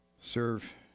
serve